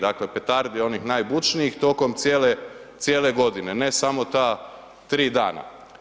Dakle, petardi onih najbučnijih tokom cijele godine, ne samo ta tri dana.